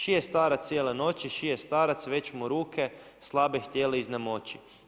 Šije starac cijele noći, šije starac već mu ruke slabe htjele iznemoći.